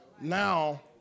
Now